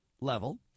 level